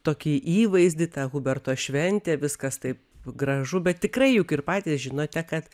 tokį įvaizdį tą huberto šventę viskas taip gražu bet tikrai juk ir patys žinote kad